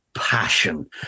Passion